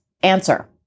Answer